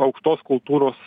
aukštos kultūros